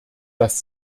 dass